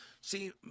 See